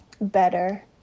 better